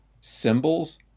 symbols